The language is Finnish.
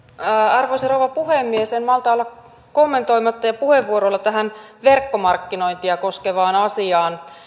arvoisa rouva puhemies en malta olla kommentoimatta puheenvuorolla tähän verkkomarkkinointia koskevaan asiaan